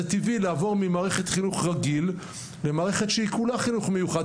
זה טבעי לעבור ממערכת חינוך רגיל למערכת שהיא כולה חינוך מיוחד,